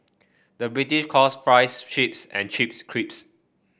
the British calls fries chips and chips crisps